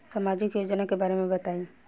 सामाजिक योजना के बारे में बताईं?